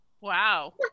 Wow